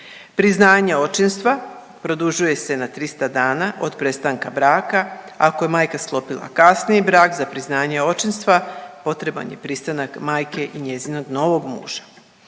Priznanje očinstva produžuje se na 300 dana od prestanka braka ako je majka sklopila kasniji brak za priznanje očinstva potreban je pristanak majke i njezinog novog muža.